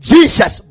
Jesus